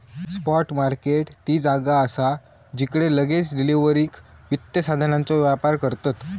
spot market ती जागा असा जिकडे लगेच डिलीवरीक वित्त साधनांचो व्यापार करतत